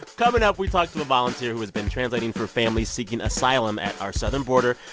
coming up, we talk to a volunteer who has been translating for families seeking asylum at our southern border.